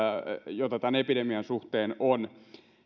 tämän epidemian suhteen on